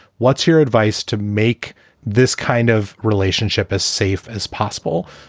what's your advice to make this kind of relationship as safe as possible?